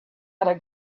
other